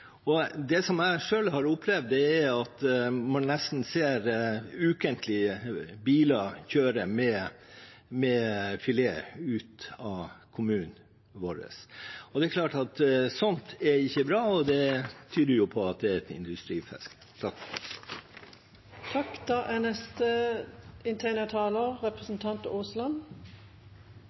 og det som jeg har opplevd selv, er at man nesten ukentlig ser biler kjøre med fileter ut av kommunen vår. Det er klart at sånt ikke er bra, og det tyder jo på at det er et industrifiske. Ulovlig turistfiske og for så vidt også ulovlig fritidsfiske er